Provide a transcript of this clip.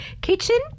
kitchen